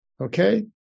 Okay